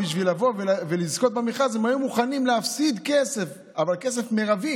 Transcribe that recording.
בשביל לזכות במכרז הם היו מוכנים להפסיד כסף מרבי